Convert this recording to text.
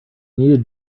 needed